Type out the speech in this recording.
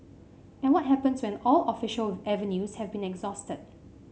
and what happens when all official avenues have been exhausted